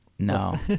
No